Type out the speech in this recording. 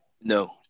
No